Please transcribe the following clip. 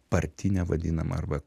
partinę vadinamą arba